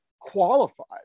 qualified